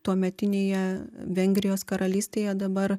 tuometinėje vengrijos karalystėje dabar